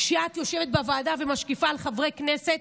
כשאת יושבת בוועדה ומשקיפה על חברי כנסת,